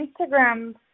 Instagram